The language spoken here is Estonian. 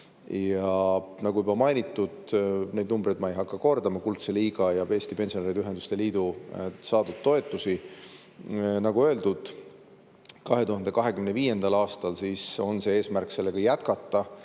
Nagu juba mainitud, neid numbreid ma ei hakka kordama, Kuldse Liiga ja Eesti Pensionäride Ühenduste Liidu saadud toetusi, nagu öeldud, 2025. aastal on eesmärk sellega jätkata.